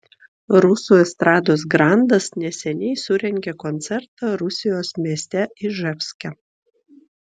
rusų estrados grandas neseniai surengė koncertą rusijos mieste iževske